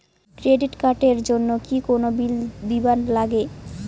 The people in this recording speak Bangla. ক্রেডিট কার্ড এর জন্যে কি কোনো বিল দিবার লাগে?